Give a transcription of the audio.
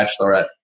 bachelorette